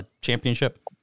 Championship